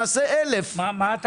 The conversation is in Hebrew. מדינה נפרדת, רמ"י.